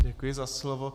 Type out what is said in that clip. Děkuji za slovo.